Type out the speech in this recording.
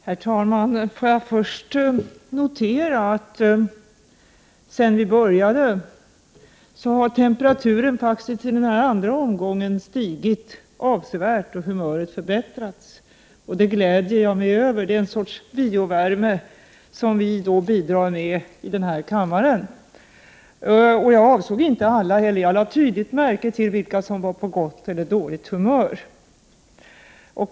Herr talman! Får jag först notera att sedan vi började debattera har temperaturen i den här andra omgången stigit avsevärt och humöret förbättrats. Det gläder jag mig över. Det är en sorts biovärme som vi då bidrar med i den här kammaren. Jag avsåg inte alla — jag lade tydligt märke till vilka som var på gott eller dåligt humör.